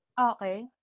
Okay